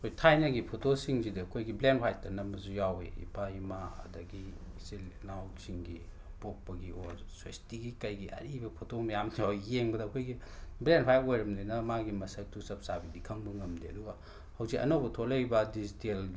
ꯑꯩꯈꯣꯏ ꯊꯥꯏꯅꯒꯤ ꯐꯣꯇꯣꯁꯤꯡꯖꯤꯗꯤ ꯑꯩꯈꯣꯏꯒꯤ ꯕ꯭ꯂꯦꯛ ꯑꯦꯟ ꯍ꯭ꯋꯥꯏꯠꯇ ꯅꯝꯕꯁꯨ ꯌꯥꯎꯏ ꯏꯄꯥ ꯏꯃꯥ ꯑꯗꯒꯤ ꯏꯆꯤꯜ ꯏꯅꯥꯎꯁꯤꯡꯒꯤ ꯄꯣꯛꯄꯒꯤ ꯑꯣꯔ ꯁ꯭ꯋꯦꯁꯇꯤꯒꯤ ꯀꯩꯒꯤ ꯑꯔꯤꯕ ꯐꯣꯇꯣ ꯃꯌꯥꯝꯗꯣ ꯌꯦꯡꯕꯗ ꯑꯩꯈꯣꯏꯒꯤ ꯕ꯭ꯂꯦꯛ ꯑꯦꯟ ꯍ꯭ꯋꯥꯏꯠꯇ ꯑꯣꯏꯔꯕꯅꯤꯅ ꯃꯥꯒꯤ ꯃꯁꯛꯇꯨ ꯆꯞ ꯆꯥꯕꯤꯗꯤ ꯈꯪꯕ ꯉꯝꯗꯦ ꯑꯗꯨꯒ ꯍꯧꯖꯤꯛ ꯑꯅꯧꯕ ꯊꯣꯛꯂꯛꯏꯕ ꯗꯤꯖꯤꯇꯦꯜ